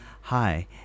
Hi